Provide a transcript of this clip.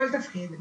כל תפקיד.